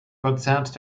konzert